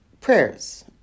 prayers